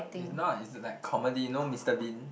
is not is like comedy you know Mister Bean